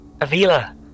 Avila